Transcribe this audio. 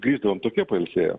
grįždavom tokie pailsėję